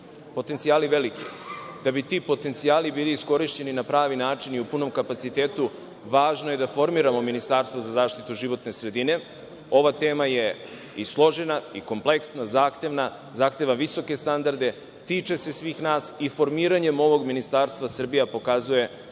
potencijali veliki. Da bi ti potencijali bili iskorišćeni na pravi način i u punom kapacitetu, važno je da formiramo ministarstvo za zaštitu životne sredine. Ova tema je složena i kompleksna, zahtevna, zahteva visoke standarde, tiče se svih nas i formiranjem ovog ministarstva Srbija pokazuje da